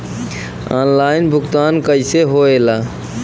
Online भुगतान कैसे होए ला?